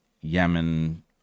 Yemen